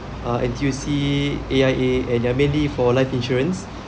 uh N_T_U_C A_I_A and they are mainly for life insurance